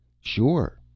Sure